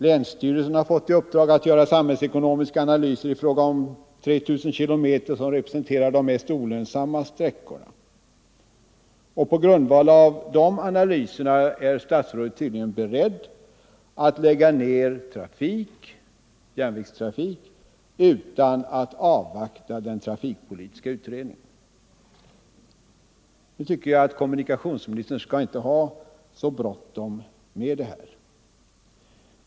Länsstyrelserna har fått i uppdrag att göra samhällsekonomiska analyser i fråga om 3 000 kilometer som representerar de mest olönsamma sträckorna. På grundval av de ana 7 lyserna är statsrådet tydligen beredd att lägga ner järnvägstrafik utan att avvakta trafikpolitiska utredningens resultat. Jag tycker inte att kommunikationsministern bör ha så bråttom med detta!